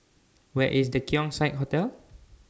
Where IS The Keong Saik Hotel